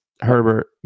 Herbert